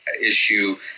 issue